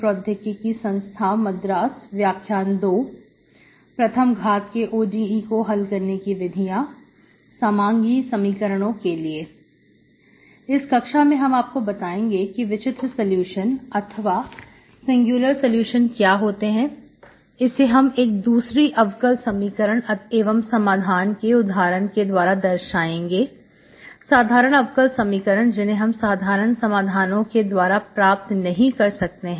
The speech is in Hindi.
प्रथम घात के ODE को हल करने की विधियां समांगी समीकरणों के लिए इस कक्षा में हम आपको बताएंगे कि विचित्र सलूशन अथवा सिंगुलर सलूशन क्या होते हैं इसे हम एक दूसरी अवकल समीकरण एवं समाधान के उदाहरण के द्वारा दर्शाएगे साधारण अवकल समीकरण जिन्हें हम साधारण समाधानओ के द्वारा प्राप्त नहीं कर सकते हैं